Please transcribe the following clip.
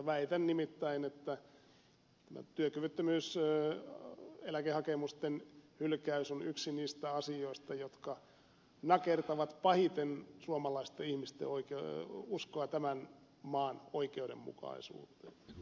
väitän nimittäin että työkyvyttömyyseläkehakemusten hylkäys on yksi niistä asioista jotka nakertavat pahiten suomalaisten ihmisten uskoa tämän maan oikeudenmukaisuuteen